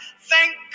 Thank